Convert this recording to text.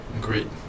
Great